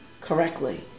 correctly